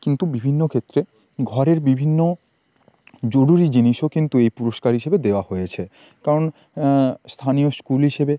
কিন্তু বিভিন্ন ক্ষেত্রে ঘরের বিভিন্ন জরুরি জিনিসও কিন্তু এই পুরস্কার হিসেবে দেওয়া হয়েছে কারণ স্থানীয় স্কুল হিসেবে